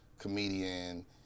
comedian